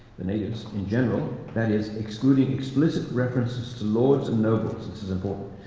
the natives, in general that is excluding explicit references to lords and nobles. this is important